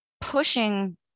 pushing